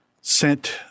sent